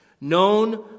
Known